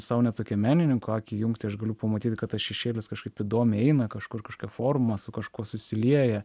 sau net tokį menininko akį jungti aš galiu pamatyti kad tas šešėlis kažkaip įdomiai eina kažkur kažką formą su kažkuo susilieja